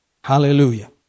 Hallelujah